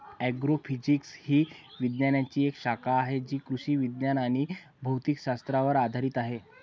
agrophysics ही विज्ञानाची एक शाखा आहे जी कृषी विज्ञान आणि भौतिक शास्त्रावर आधारित आहे